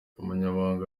umunyamabanga